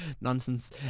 nonsense